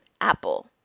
Apple